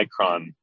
micron